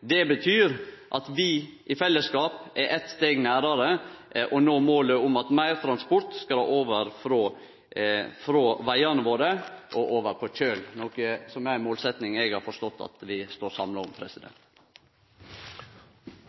Det betyr at vi i fellesskap er eit steg nærare å nå målet om at meir transport skal over frå vegane våre og til kjøl, noko som er ei målsetjing eg har forstått at vi står samla om. Regjeringas